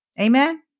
Amen